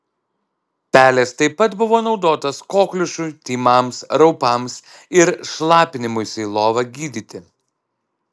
pelės taip pat buvo naudotos kokliušui tymams raupams ir šlapinimuisi į lovą gydyti